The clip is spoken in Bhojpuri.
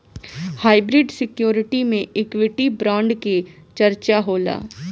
हाइब्रिड सिक्योरिटी में इक्विटी बांड के चर्चा होला